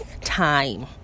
time